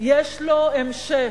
יש לו המשך,